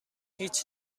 هیچ